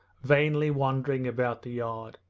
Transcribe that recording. vainly wandering about the yard.